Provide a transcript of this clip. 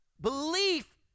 Belief